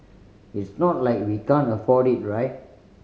it's not like we can't afford it right